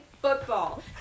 football